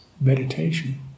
meditation